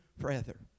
forever